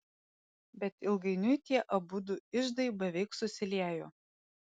bet ilgainiui tie abudu iždai beveik susiliejo